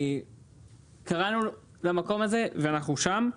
קראנו למקום הזה ואנחנו שם.